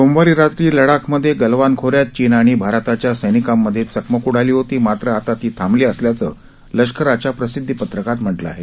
सोमवारी रात्री लडाखमधे गलवान खोऱ्यात चीन आणि भारताच्या सैनिकांमधे चकमक उडाली होती मात्र आता ती थांबली असल्याचं लष्कराच्या प्रसिदधिपत्रकात म्हटलं आहे